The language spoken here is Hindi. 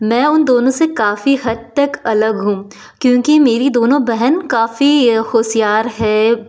मैं उन दोनों से काफ़ी हद तक अलग हूँ क्योंकि मेरी दोनों बहन काफ़ी होशियार है